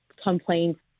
complaints